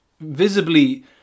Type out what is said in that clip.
visibly